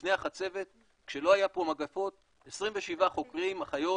לפני החצבת, כשלא היו פה מגפות, 27 חוקרים, אחיות,